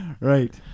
Right